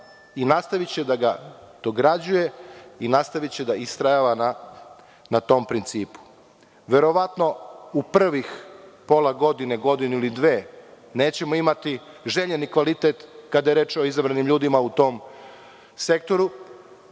i nastaviće da ga dograđuje i nastaviće da istrajeva na tom principu. Verovatno u prvih pola godine, godinu ili dve nećemo imati željeni kvalitet kada je reč o izabranim ljudima u tom sektoru,